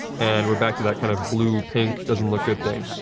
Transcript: and we're back to that kind of blue-pink, doesn't look good thing.